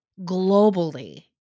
globally